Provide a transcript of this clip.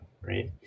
right